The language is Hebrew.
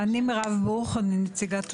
אני מירב בוך, אני נציגת תושבים מרמת גן.